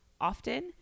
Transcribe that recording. often